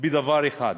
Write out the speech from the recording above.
בדבר אחד: